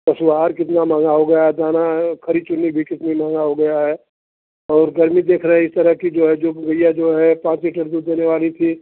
पशु आहार कितना महँगा हो गया है दाना खरी चून्नी भी कितनी महँगा हो गया है और गर्मी देख रहें इस तरह की जो है जो गइया जो है पाँच लीटर दूध देने वाली थी